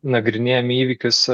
nagrinėjam įvykius